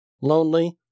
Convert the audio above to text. lonely